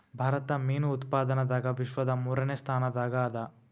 ಭಾರತ ಮೀನು ಉತ್ಪಾದನದಾಗ ವಿಶ್ವದ ಮೂರನೇ ಸ್ಥಾನದಾಗ ಅದ